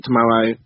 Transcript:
tomorrow